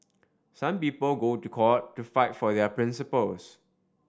some people go to court to fight for their principles